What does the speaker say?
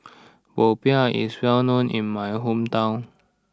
Popiah is well known in my hometown